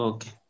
Okay